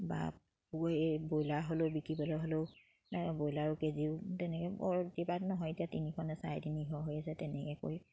বা ব্ৰইলাৰ হ'লেও বিকিবলৈ হ'লেও ব্ৰইলাৰো কেজিও তেনেকে বৰ কিবা নহয় এতিয়া তিনিশ নে চাৰে তিনিশ হৈ আছে তেনেকে কৰি